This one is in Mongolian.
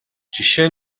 жишээ